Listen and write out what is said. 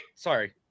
Sorry